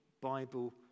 Bible